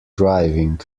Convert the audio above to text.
driving